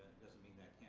doesn't mean that